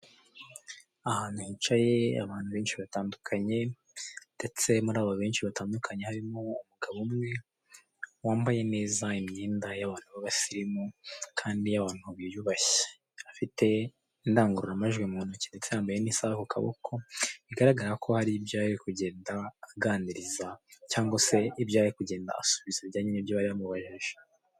Ahantu hicaye abantu benshi batandukanye ndetse muri aba benshi batandukanye harimo umugabo umwe wambaye neza imyenda y'abantu b'abasilimu, kandi iy'abantu biyubashye. Afite indangururamajwi mu ntoki ndetse yambaye n'isaha ku kaboko, bigaragara ko hari ibyo yarari kugenda aganiriza cyangwa se ibyo yarari kugenda asubiza bijyanye n'ibyo bari bamubajije.